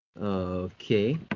okay